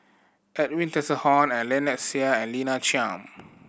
Edwin Tessensohn Lynnette Seah and Lina Chiam